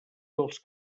dels